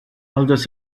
although